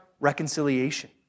reconciliation